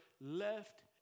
left